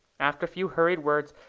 after a few hurried words,